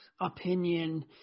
opinion